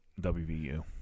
WVU